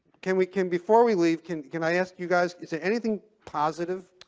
can we can before we leave, can can i ask you guys. is there anything positive